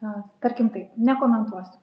na tarkim taip nekomentuosiu